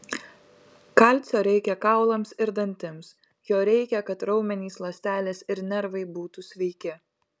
kalcio reikia kaulams ir dantims jo reikia kad raumenys ląstelės ir nervai būtų sveiki